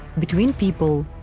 between people,